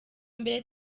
mbere